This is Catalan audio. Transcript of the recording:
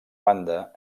banda